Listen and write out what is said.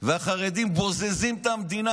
והחרדים בוזזים את המדינה.